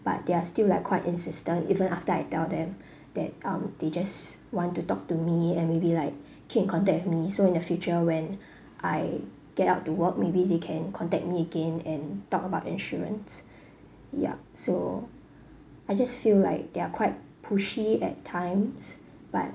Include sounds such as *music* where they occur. but they're still like quite insistent even after I tell them *breath* that um they just want to talk to me and maybe like *breath* can contact me so in the future when *breath* I get out to work maybe they can contact me again and talk about insurance *breath* yep so I just feel like they are quite pushy at times but